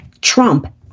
Trump